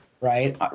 Right